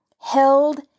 held